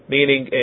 Meaning